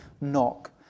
knock